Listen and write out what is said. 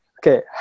Okay